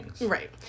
Right